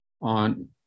on